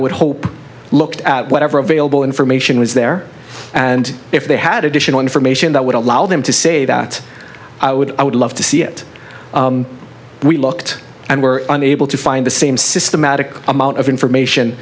would hope looked at whatever available information was there and if they had additional information that would allow them to say that i would i would love to see it we looked and were unable to find the same systematic amount of information